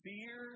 Fear